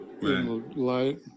light